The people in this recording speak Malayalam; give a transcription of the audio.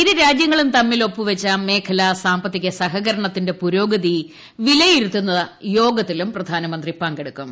ഇരു രാജ്യങ്ങളും തമ്മിൽ ഒപ്പുവച്ച മേഖലാ സാമ്പത്തിക സഹകരണത്തിന്റെ പുരോഗതി വിലയിരുത്തുന്ന യോഗത്തിലും പ്രധാനമന്ത്രി പങ്കെടുക്കും